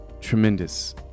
tremendous